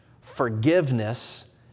Forgiveness